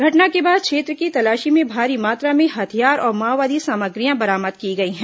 घटना के बाद क्षेत्र की तलाशी में भारी मात्रा में हथियार और माओवादी सामग्रियां बरामद की गई हैं